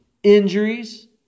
Injuries